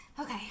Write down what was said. Okay